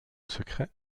secret